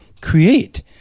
create